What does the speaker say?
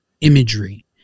imagery